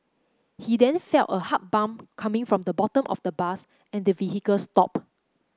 he then felt a hard bump coming from the bottom of the bus and the vehicle stop